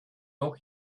doch